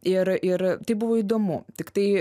ir ir tai buvo įdomu tiktai